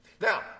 Now